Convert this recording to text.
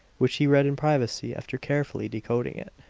which he read in privacy after carefully decoding it.